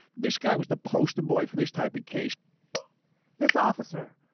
this guy was the poster boy for this type of case this officer,